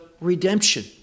Redemption